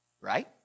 Right